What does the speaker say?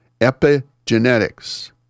epigenetics